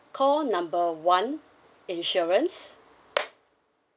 call number one insurance